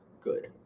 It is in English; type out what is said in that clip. good